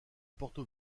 porto